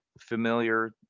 familiar